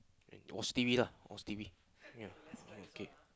watch T_V lah watch T_V yeah okay